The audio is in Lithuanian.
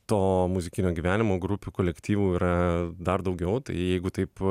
to muzikinio gyvenimo grupių kolektyvų yra dar daugiau tai jeigu taip